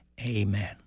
Amen